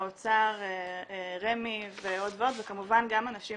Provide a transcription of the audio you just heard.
האוצר, רמ"י ועוד ועוד וכמובן גם אנשים